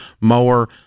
mower